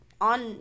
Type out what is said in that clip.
on